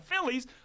Phillies